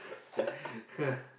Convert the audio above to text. ah